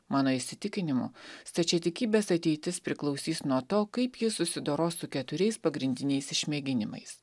mano įsitikinimu stačiatikybės ateitis priklausys nuo to kaip ji susidoros su keturiais pagrindiniais išmėginimais